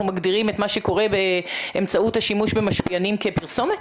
מגדירים את מה שקורה באמצעות השימוש במשפיענים כפרסומת?